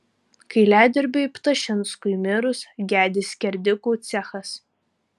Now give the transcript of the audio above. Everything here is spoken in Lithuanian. kailiadirbiui ptašinskui mirus gedi skerdikų cechas